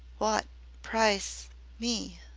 wot price me?